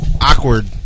Awkward